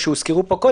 האיש לא חזר לטווח,